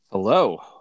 Hello